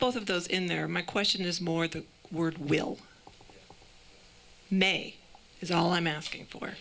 both of those in there my question is more the word will may is all i'm asking for